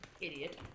Idiot